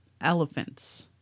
Elephants